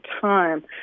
time